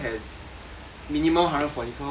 minimum hundred forty four hertz right